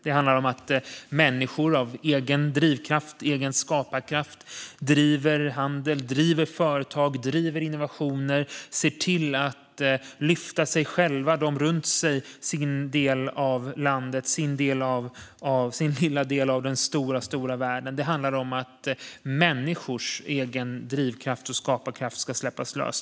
Det handlar om att människor av egen drivkraft och skaparkraft driver handel, företag och innovationer och ser till att lyfta sig själva och dem runt sig i sin del av landet, sin lilla del av den stora världen. Det handlar om att människors egen drivkraft och skaparkraft ska släppas lös.